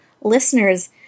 listeners